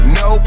no